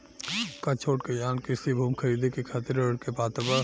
का छोट किसान कृषि भूमि खरीदे के खातिर ऋण के पात्र बा?